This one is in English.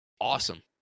awesome